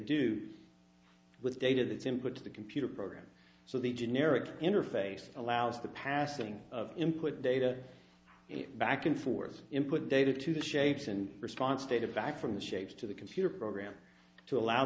do with data that simply to the computer program so the generic interface allows the passing of input data back and forth input data to the shapes and response data back from the shapes to the computer program to allow